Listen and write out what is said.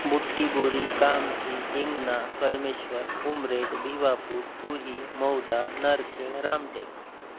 Buttibori Kamthi Hingna Kadmeshwar Umred Bhiwapur Kuhi Mauda Narkhed Ramtek